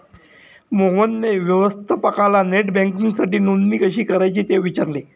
मोहनने व्यवस्थापकाला नेट बँकिंगसाठी नोंदणी कशी करायची ते विचारले